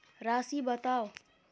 राशि बताउ